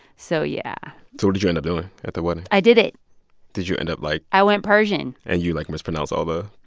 so yeah sort of so and doing at the wedding? i did it did you end up, like. i went persian and you, like, mispronounced all the. oh,